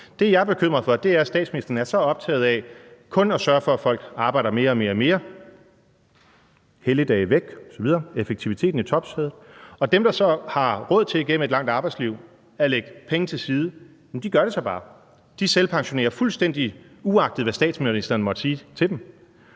Det, jeg er bekymret for, er, at statsministeren er så optaget af kun at sørge for, at folk arbejder mere og mere – helligdage væk osv. – med effektiviteten i højsædet. Dem, der så har råd til igennem et langt arbejdsliv at lægge penge til side, gør det så bare. De selvpensionerer sig fuldstændig, uagtet hvad statsministeren måtte sige til dem.